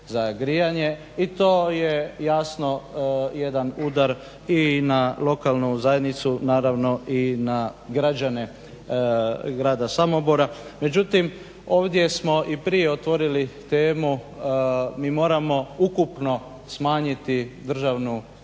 i to je jasno jedan udar i na lokalnu zajednicu naravno i na građane grada Samobora. Međutim ovdje smo i prije otvorili temu mi moramo ukupno smanjiti državnu potrošnju